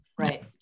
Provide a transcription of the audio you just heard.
right